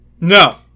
No